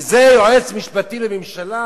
וזה יועץ משפטי לממשלה,